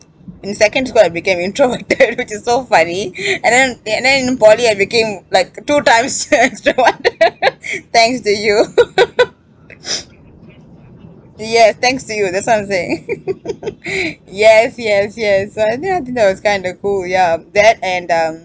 in secondary school I became introverted which is so funny and then and then poly I became like two times extroverted thanks to you yes thanks to you that's why I am saying yes yes yes I know I think that was kinda cool yeah that and um